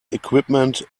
equipment